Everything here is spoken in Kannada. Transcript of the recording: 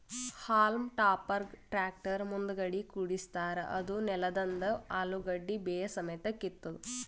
ಹಾಲ್ಮ್ ಟಾಪರ್ಗ್ ಟ್ರ್ಯಾಕ್ಟರ್ ಮುಂದಗಡಿ ಕುಡ್ಸಿರತಾರ್ ಅದೂ ನೆಲದಂದ್ ಅಲುಗಡ್ಡಿ ಬೇರ್ ಸಮೇತ್ ಕಿತ್ತತದ್